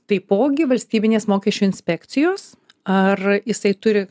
taipogi valstybinės mokesčių inspekcijos ar jisai turi